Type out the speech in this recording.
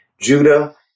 Judah